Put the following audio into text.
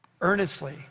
earnestly